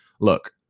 look